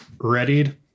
readied